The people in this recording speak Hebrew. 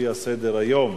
לפי סדר-היום